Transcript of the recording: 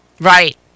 right